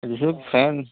શું ફેન